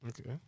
Okay